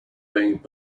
being